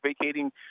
vacating